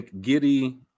Giddy